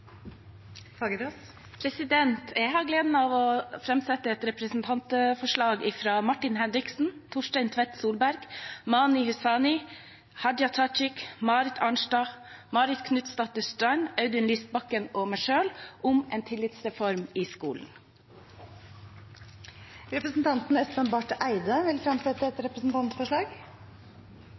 Fagerås vil fremsette et representantforslag. Jeg har gleden av å framsette et representantforslag fra stortingsrepresentantene Martin Henriksen, Torstein Tvedt Solberg, Mani Hussaini, Hadia Tajik, Marit Arnstad, Marit Knutsdatter Strand, Audun Lysbakken og meg selv om en tillitsreform i skolen. Representanten Espen Barth Eide vil fremsette et representantforslag.